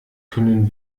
können